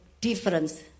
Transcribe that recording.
difference